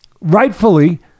rightfully